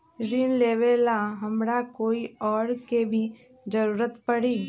ऋन लेबेला हमरा कोई और के भी जरूरत परी?